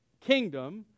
kingdom